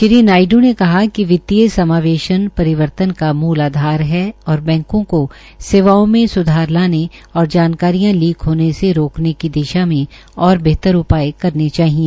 श्री नायडू ने कहा कि वित्तीय समावेश परिवर्तन का मूल आधार है और बैंको को सेवाओ में स्धार लाने और जानकारियां लीक होनेसे रोकने की दिशा में और बेहतर उपाय करने चाहिए